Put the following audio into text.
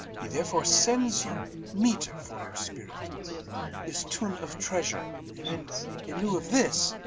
he therefore sends you meeter for your spirit this tun of treasure and in lieu of this,